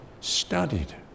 studied